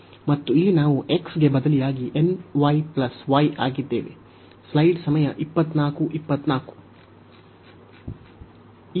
ಮತ್ತು ಇಲ್ಲಿ ನಾವು x ಗೆ ಬದಲಿಯಾಗಿ nπ y ಹೊಂದಿದ್ದೇವೆ